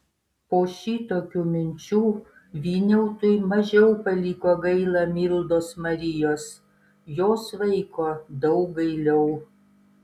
po šitokių minčių vyniautui mažiau paliko gaila mildos marijos jos vaiko daug gailiau